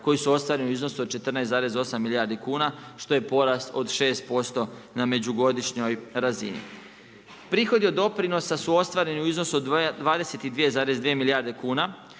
koji su ostvareni u iznosu od 14,8 milijardi kuna, što je porast od 6% na međugodišnjoj razini. Prihodi od doprinosa su ostvareni u iznosu od 22,2 milijarde kuna,